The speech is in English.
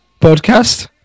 podcast